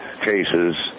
cases